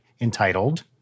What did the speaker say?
entitled